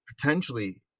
potentially